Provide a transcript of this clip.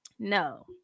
No